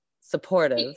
supportive